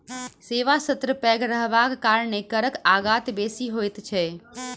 सेवा क्षेत्र पैघ रहबाक कारणेँ करक आगत बेसी होइत छै